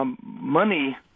Money